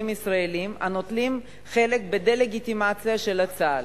ישראליים הנוטלים חלק בדה-לגיטימציה של צה"ל.